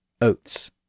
oats